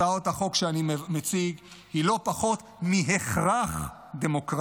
הצעת החוק שאני מציג היא לא פחות מהכרח דמוקרטי.